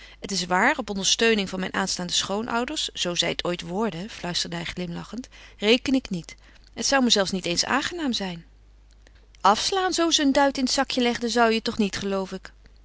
het is waar op ondersteuning van mijn aanstaande schoonouders zoo zij het ooit worden fluisterde hij glimlachend reken ik niet het zou me zelfs niet eens aangenaam zijn afslaan zoo ze een duit in het zakje legden zou je toch niet geloof ik